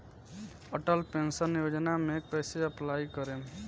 Atal pension योजना मे कैसे अप्लाई करेम?